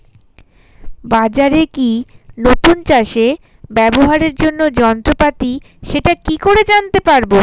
বাজারে কি নতুন চাষে ব্যবহারের জন্য যন্ত্রপাতি সেটা কি করে জানতে পারব?